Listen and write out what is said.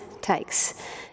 takes